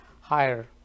higher